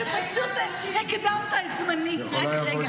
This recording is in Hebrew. פשוט הקדמת את זמני, רק רגע.